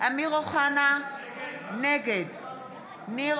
אמיר אוחנה, נגד ניר